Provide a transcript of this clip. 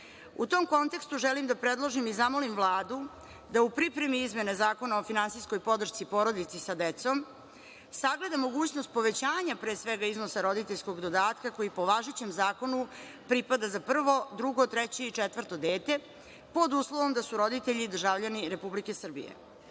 tom kontekstu želim da predložim i zamolim Vladu da u pripremi izmene Zakona o finansijskoj podršci porodici sa decom sagleda mogućnost povećanja pre svega iznosa roditeljskog dodatka koji po važećem zakonu pripada za prvo, drugo, treće i četvrto dete pod uslovom da su roditelji državljani Republike Srbije. Naš